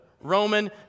Roman